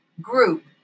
Group